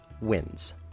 wins